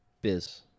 biz